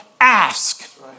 ask